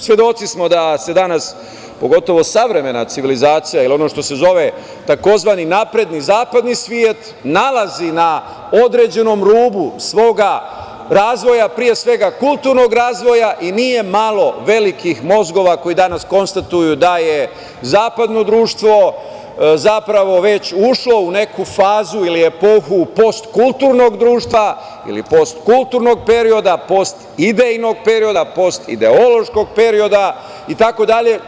Svedoci smo da se danas, pogotovo savremena civilizacija, i ono što se zove tzv. napredni, zapadni svet, nalazi na određenom rubu svoga razvoja, pre svega kulturnog razvoja, i nije malo velikih mozgova koji danas konstatuju da je zapadno društvo, zapravo, već ušlo u neku fazu ili epohu postkulturnog društva, ili postkulturnog perioda, postideološkog perioda, itd.